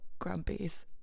grumpies